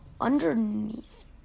underneath